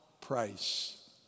price